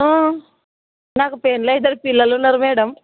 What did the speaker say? నాకు పెండ్లి అయ్యి ఇద్దరు పిల్లలు ఉన్నారు మ్యాడమ్